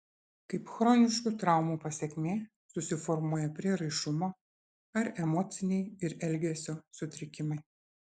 kaip chroniškų traumų pasekmė susiformuoja prieraišumo ar emociniai ir elgesio sutrikimai